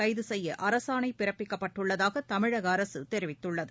கைது செய்ய அரசாணை பிறப்பிக்கப்பட்டுள்ளதாக தமிழக அரசு தெரிவித்துள்ளது